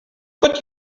got